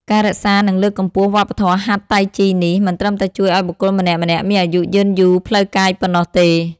ការរក្សា និងលើកកម្ពស់វប្បធម៌ហាត់តៃជីនេះ មិនត្រឹមតែជួយឱ្យបុគ្គលម្នាក់ៗមានអាយុយឺនយូរផ្លូវកាយប៉ុណ្ណោះទេ។